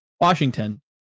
washington